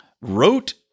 wrote